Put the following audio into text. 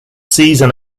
season